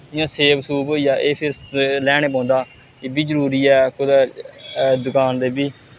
जि'यां सेब सूब होई गेआ एह् फिर लेआनै पौंदा एह् बी जरूरी ऐ कुदै दकान दे बी